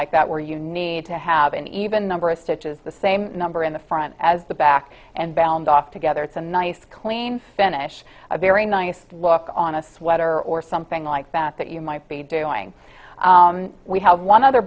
like that where you need to have an even number of stitches the same number in the front as the back and bound off together it's a nice clean finish a very nice look on a sweater or something like that that you might be doing we have one other